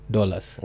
Dollars